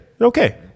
okay